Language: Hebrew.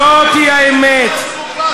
זאת האמת.